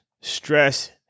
stress